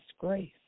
disgrace